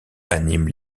animent